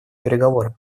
переговоры